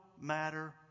matter